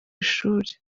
ishuri